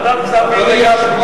ועדת הכספים.